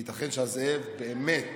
וייתכן שהזאב באמת